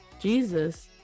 Jesus